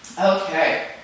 Okay